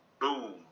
boom